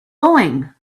going